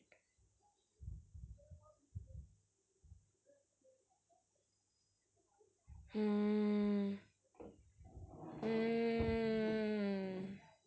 mm mm